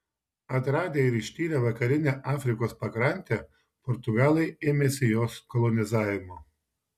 atradę ir ištyrę vakarinę afrikos pakrantę portugalai ėmėsi jos kolonizavimo